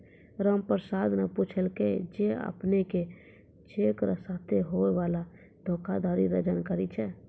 रामप्रसाद न पूछलकै जे अपने के चेक र साथे होय वाला धोखाधरी रो जानकारी छै?